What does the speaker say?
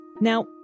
Now